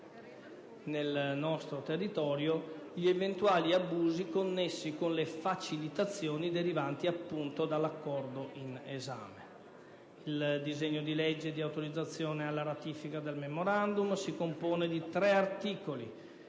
territorio italiano, gli eventuali abusi connessi con le facilitazioni derivanti dall'accordo in esame. Il disegno di legge di autorizzazione alla ratifica del Memorandum si compone di tre articoli,